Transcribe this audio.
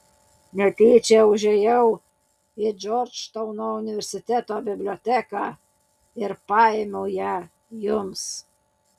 netyčia užėjau į džordžtauno universiteto biblioteką ir paėmiau ją jums